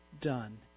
done